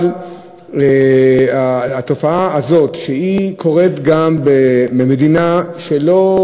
אבל התופעה הזאת קורית גם במדינה שבה לא